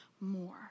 more